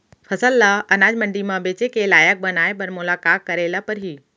फसल ल अनाज मंडी म बेचे के लायक बनाय बर मोला का करे ल परही?